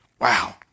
Wow